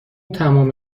تمام